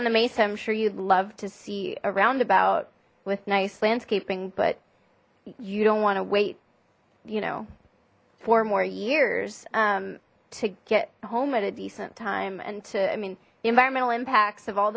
you'd love to see a roundabout with nice landscaping but you don't want to wait you know four more years to get home at a decent time and to i mean the environmental impacts of all